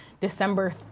December